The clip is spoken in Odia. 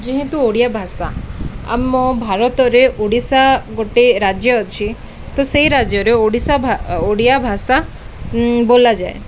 ଯେହେତୁ ଓଡ଼ିଆ ଭାଷା ଆମ ଭାରତରେ ଓଡ଼ିଶା ଗୋଟେ ରାଜ୍ୟ ଅଛି ତ ସେଇ ରାଜ୍ୟରେ ଓଡ଼ିଶା ଭା ଓଡ଼ିଆ ଭାଷା ବୋଲାଯାଏ